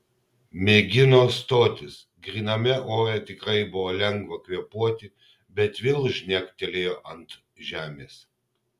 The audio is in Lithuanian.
mėgino stotis gryname ore tikrai buvo lengva kvėpuoti bet vėl žnektelėjo ant žemės